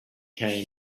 came